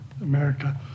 America